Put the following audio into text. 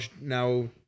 now